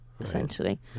essentially